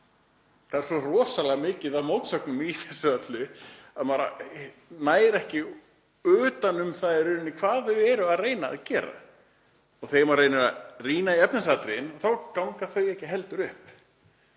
Það er svo rosalega mikið af mótsögnum í þessu öllu að maður nær ekki utan um það hvað stjórnvöld eru að reyna að gera. Þegar maður reynir að rýna í efnisatriðin þá ganga þau ekki heldur upp.